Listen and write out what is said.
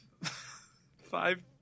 five